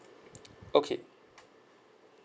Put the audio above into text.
okay